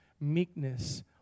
Meekness